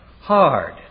hard